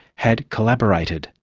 had collaborated,